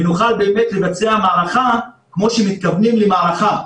ונוכל באמת לבצע מערכה כמו שמתכוונים למערכה.